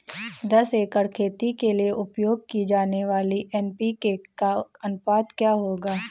दस एकड़ खेती के लिए उपयोग की जाने वाली एन.पी.के का अनुपात क्या होगा?